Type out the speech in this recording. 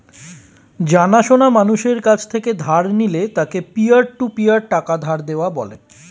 জানা সোনা মানুষের কাছ থেকে ধার নিলে তাকে পিয়ার টু পিয়ার টাকা ধার দেওয়া বলে